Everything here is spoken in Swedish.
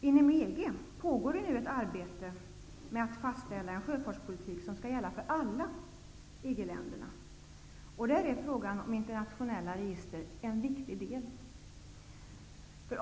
Inom EG pågår nu ett arbete med att fastställa en sjöfartspolitik som skall gälla för alla EG-länderna, och i detta arbete är frågan om internationella register en viktig del.